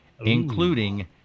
including